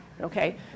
okay